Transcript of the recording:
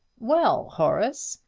well, horace!